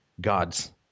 gods